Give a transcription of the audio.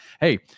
Hey